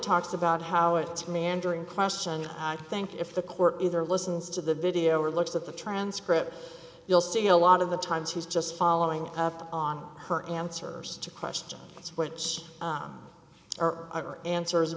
talks about how it's meandering question i think if the court either listens to the video or looks at the transcript you'll see a lot of the times he's just following up on her answers to questions which are answers in